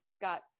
got